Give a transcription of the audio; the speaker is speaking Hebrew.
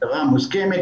הגדרה מוסכמת,